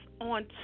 on